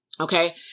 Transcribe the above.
Okay